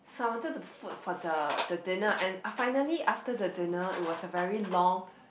so I wanted to foot for the the dinner and finally after the dinner it was a very long